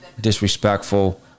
disrespectful